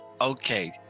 Okay